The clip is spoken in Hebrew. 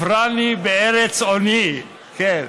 הפרני בארץ עוניי, כן.